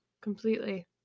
completely